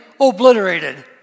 obliterated